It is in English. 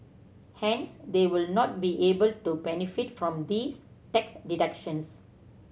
hence they would not be able to benefit from these tax deductions